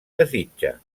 desitja